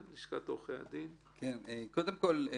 שקרן, הקבלות